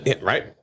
Right